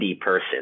person